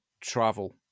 travel